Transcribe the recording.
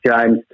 James